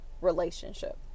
relationship